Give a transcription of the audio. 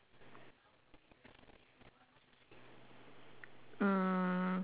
mm